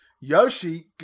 Yoshi